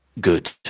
good